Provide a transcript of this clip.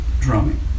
drumming